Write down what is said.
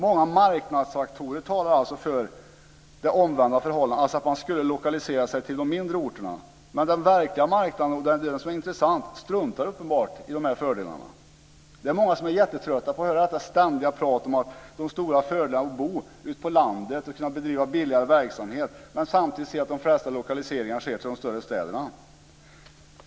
Många marknadsfaktorer talar alltså för det omvända förhållandet, alltså att man skulle lokalisera sig till de mindre orterna. Men den verkliga marknaden, och det är den som är intressant, struntar uppenbart i dessa fördelar. Det är många som är jättetrötta på att höra detta ständiga tal om de stora fördelarna med att bo ute på landet och kunna bedriva billigare verksamhet men samtidigt se att de flesta lokaliseringar sker i de större städerna.